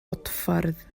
bodffordd